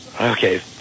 Okay